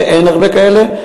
ואין הרבה כאלה,